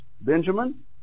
Benjamin